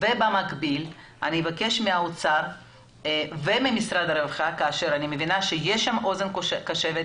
במקביל אני אבקש מהאוצר וממשרד הרווחה שאני מבינה שיש בו אוזן קשבת,